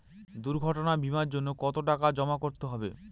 দুর্ঘটনা বিমার জন্য কত টাকা জমা করতে হবে?